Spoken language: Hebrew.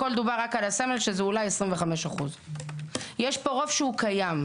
הכול דובר על הסמל שזה אולי 25%. יש פה רוב שהוא קיים.